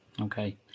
okay